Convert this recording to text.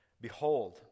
Behold